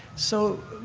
so,